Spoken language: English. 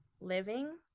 living